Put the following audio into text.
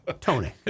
Tony